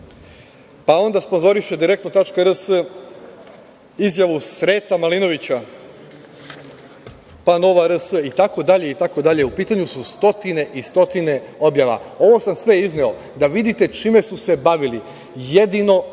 Pa, onda sponzoriše „Direktno.rs“ izjavu Sreta Malinovića, pa, „Nova.rs“ i tako dalje. U pitanju su stotine i stotine objava. Ovo sam sve izneo da vidite čime su se bavili, jedino i